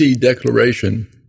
declaration